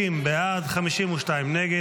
60 בעד, 52 נגד.